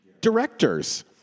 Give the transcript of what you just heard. Directors